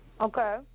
okay